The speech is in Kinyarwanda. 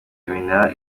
iminara